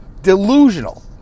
Delusional